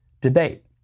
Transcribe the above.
debate